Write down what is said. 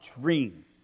dream